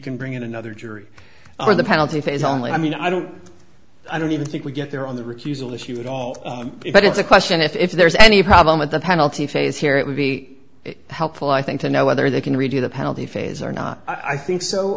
can bring in another jury for the penalty phase only i mean i don't i don't even think we get there on the recusal issue at all but it's a question if there is any problem with the penalty phase here it would be helpful i think to know whether they can redo the penalty phase or not i think so